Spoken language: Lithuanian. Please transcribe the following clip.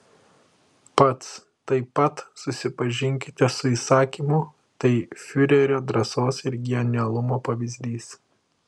pats taip pat susipažinkite su įsakymu tai fiurerio drąsos ir genialumo pavyzdys